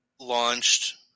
launched